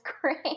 great